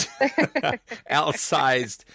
outsized